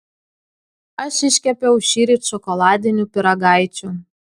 aš iškepiau šįryt šokoladinių pyragaičių